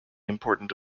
important